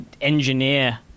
Engineer